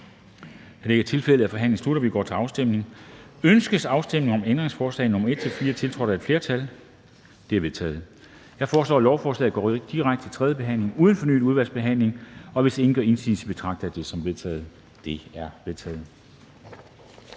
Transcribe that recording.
for eller imod stemte 0. Ændringsforslaget er forkastet. Ønskes afstemning om ændringsforslag nr. 15-19, tiltrådt af udvalget? De er vedtaget. Jeg foreslår, at lovforslaget går direkte til tredje behandling uden fornyet udvalgsbehandling. Hvis ingen gør indsigelse, betragter jeg dette som vedtaget. Det er vedtaget.